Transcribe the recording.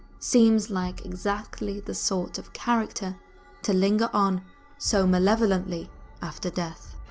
seems like exactly the sort of character to linger on so malevolently after death.